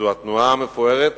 זו התנועה המפוארת